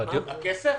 הכסף?